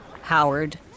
Howard